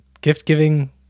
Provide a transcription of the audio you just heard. Gift-giving